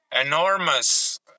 enormous